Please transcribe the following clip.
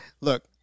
look